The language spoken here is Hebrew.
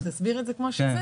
תסביר את זה כמו שזה.